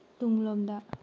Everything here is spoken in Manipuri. ꯇꯨꯡꯂꯣꯝꯗ